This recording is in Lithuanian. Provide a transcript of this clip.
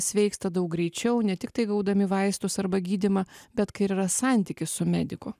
sveiksta daug greičiau ne tiktai gaudami vaistus arba gydymą bet kai ir yra santykis su mediku